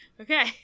Okay